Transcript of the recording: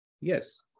Yes